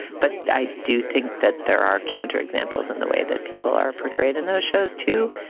but i do think that there are counterexamples in the way that people are portrayed in those shows, too,